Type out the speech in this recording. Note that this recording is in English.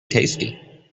tasty